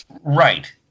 Right